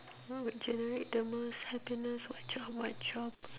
what would generate the most happiness what job what job